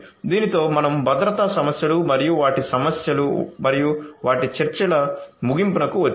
దీనితో మనం భద్రతా సమస్యలు మరియు వాటి సమస్యలు మరియు వాటి చర్చల ముగింపుకు వచ్చాము